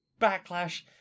backlash